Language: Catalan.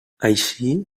així